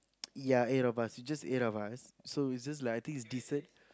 ya eight of us it's just eight of us so it's just like I think it's decent